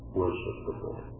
worshipable